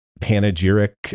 panegyric